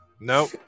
Nope